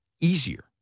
easier